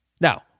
Now